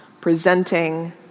presenting